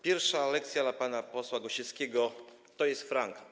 Pierwsza lekcja dla pana posła Gosiewskiego: to jest frank.